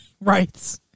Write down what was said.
Right